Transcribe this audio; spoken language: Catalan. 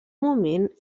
moment